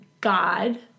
God